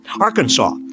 Arkansas